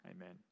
Amen